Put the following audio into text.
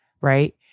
Right